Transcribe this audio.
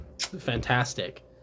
fantastic